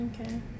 Okay